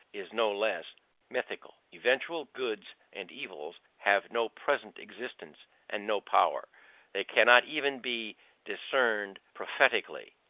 is no less mythical. eventual goods and evils have no present existence and no power they cannot even be discerned prophetically,